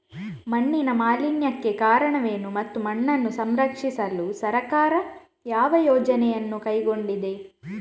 ಮಣ್ಣಿನ ಮಾಲಿನ್ಯಕ್ಕೆ ಕಾರಣವೇನು ಮತ್ತು ಮಣ್ಣನ್ನು ಸಂರಕ್ಷಿಸಲು ಸರ್ಕಾರ ಯಾವ ಯೋಜನೆಗಳನ್ನು ಕೈಗೊಂಡಿದೆ?